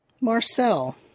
Marcel